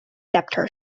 debtor